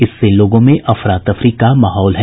इससे लोगों में अफरा तफरी का महौल है